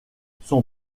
son